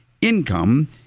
income